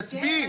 תצביעי.